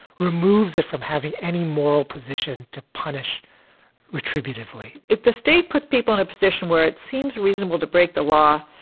removes it from from having any moral position to punish retributive lee if the state puts people in a position where it seems reasonable to break the law,